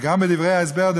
גם בדברי ההסבר,